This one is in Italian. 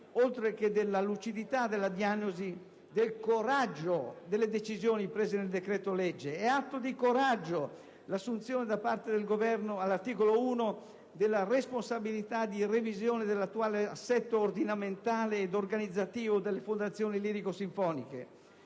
oltre che della lucidità della diagnosi, del coraggio delle decisioni prese nel decreto-legge. È atto di coraggio l'assunzione da parte del Governo all'articolo 1 della responsabilità della revisione dell'attuale assetto ordinamentale ed organizzativo delle fondazioni lirico-sinfoniche.